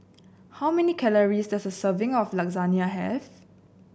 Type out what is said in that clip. how many calories does a serving of Lasagne have